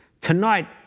Tonight